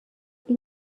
این